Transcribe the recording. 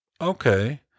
okay